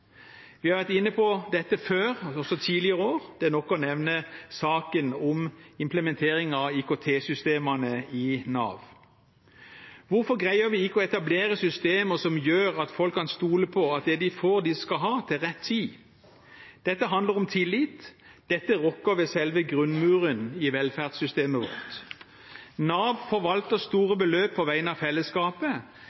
Vi har vært inne på dette før, også tidligere år. Det er nok å nevne saken om implementering av IKT-systemene i Nav. Hvorfor greier vi ikke å etablere systemer som gjør at folk kan stole på at de får det de skal ha, til rett tid? Dette handler om tillit. Dette rokker ved selve grunnmuren i velferdssystemet vårt. Nav forvalter